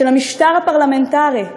של המשטר הפרלמנטרי,